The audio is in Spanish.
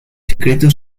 secretos